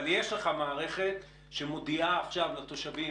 אבל יש לך מערכת שמודיעה עכשיו לתושבים